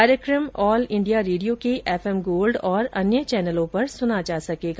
कार्यक्रम all India radio क्रे F M gold और अन्य चैनलों पर सुना जा सकेगा